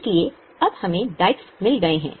इसलिए अब हमें दायित्व मिल गए हैं